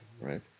right